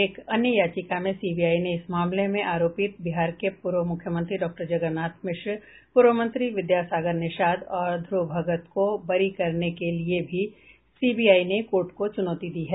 एक अन्य याचिका में सीबीआई ने इस मामले में आरोपित बिहार के पूर्व मुख्यमंत्री डाक्टर जगन्नाथ मिश्र पूर्व मंत्री विद्या सागर निषाद और ध्रव भगत को बरी करने के लिए भी सीबीआई ने कोर्ट को चुनौती दी है